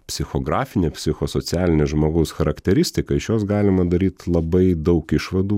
psichografinė psichosocialinė žmogaus charakteristika iš jos galima daryt labai daug išvadų